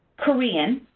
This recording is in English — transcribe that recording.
korean,